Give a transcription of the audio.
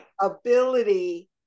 ability